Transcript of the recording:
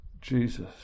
Jesus